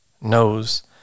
knows